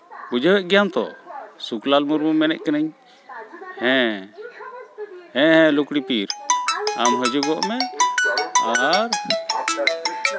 ᱵᱩᱡᱷᱟᱹᱣᱮᱫ ᱜᱮᱭᱟᱢ ᱛᱚ ᱥᱩᱠᱞᱟᱞ ᱢᱩᱨᱢᱩ ᱢᱮᱱᱮᱫ ᱠᱟᱱᱟᱹᱧ ᱦᱮᱸ ᱦᱮᱸ ᱦᱮᱸ ᱞᱩᱠᱲᱤᱯᱤ ᱟᱢ ᱦᱤᱡᱩᱜᱚᱜ ᱢᱮ ᱟᱨ